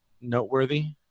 noteworthy